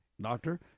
doctor